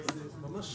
אין נמנעים.